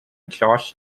josh